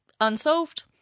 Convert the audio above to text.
unsolved